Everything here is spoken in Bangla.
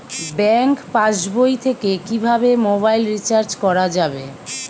ব্যাঙ্ক পাশবই থেকে কিভাবে মোবাইল রিচার্জ করা যাবে?